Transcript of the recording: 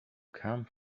come